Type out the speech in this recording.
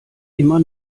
immer